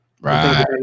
Right